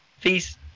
Peace